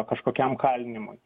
kažkokiam kalinimui